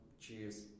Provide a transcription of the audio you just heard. Cheers